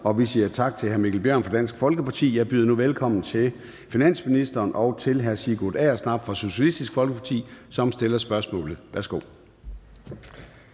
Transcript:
og til hr. Mikkel Bjørn fra Dansk Folkeparti. Jeg byder nu velkommen til finansministeren og til hr. Sigurd Agersnap fra Socialistisk Folkeparti, som stiller spørgsmålet. Kl.